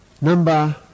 Number